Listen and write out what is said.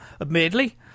Admittedly